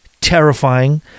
terrifying